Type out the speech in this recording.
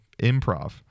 improv